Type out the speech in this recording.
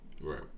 right